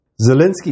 Zelensky